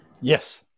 Yes